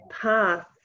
path